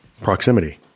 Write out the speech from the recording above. proximity